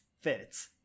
fits